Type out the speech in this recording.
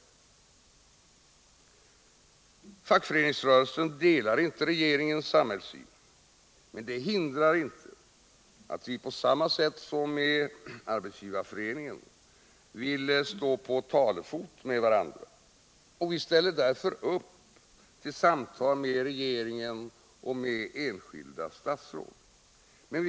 Fackföreningsrörelsen delar inte regeringens samhällssyn. Det hindrar inte att vi, på samma sätt som med Arbetsgivareföreningen, vill stå ”på talefot” med varandra. Vi ställer därför upp på samtal med regeringen eller enskilda statsråd.